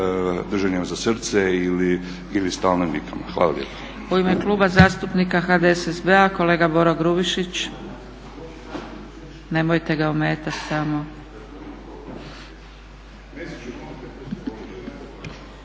držanjem za srce ili stalnim vikama. Hvala.